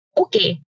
okay